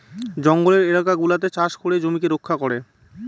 জঙ্গলের এলাকা গুলাতে চাষ করে জমিকে রক্ষা করে